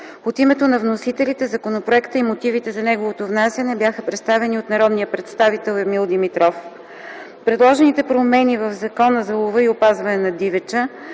От името на вносителите, законопроектът и мотивите за неговото внасяне бяха представени от народния представител Емил Димитров. Предложените промени в Закона за лова и опазване на дивеча